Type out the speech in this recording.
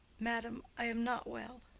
madam, i am not well.